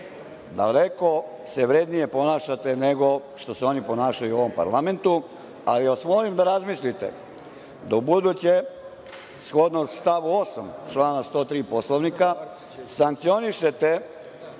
Daleko se vrednije ponašate, nego što se oni ponašaju u ovom parlamentu. Molim vas da razmislite, da ubuduće, shodno stavu 8. člana 103. Poslovnika, sankcionišete